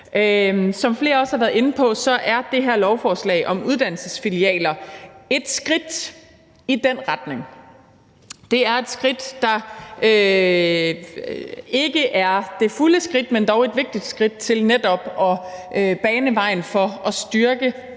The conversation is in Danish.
Som flere også har været inde på, er det her lovforslag om uddannelsesfilialer et skridt i den retning. Det er et skridt, der ikke er det fulde skridt, men dog et vigtigt skridt til netop at bane vejen for at styrke mulighederne